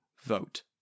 vote